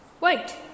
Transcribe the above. Wait